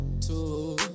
Two